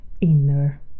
inner